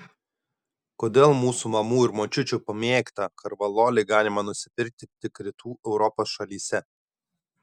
kodėl mūsų mamų ir močiučių pamėgtą korvalolį galima nusipirkti tik rytų europos šalyse